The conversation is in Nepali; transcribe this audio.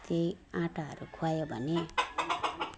त्यही आँटाहरू खुवायो भने